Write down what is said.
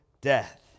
death